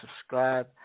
Subscribe